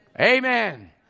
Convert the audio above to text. Amen